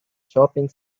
shopping